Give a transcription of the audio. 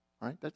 right